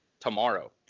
tomorrow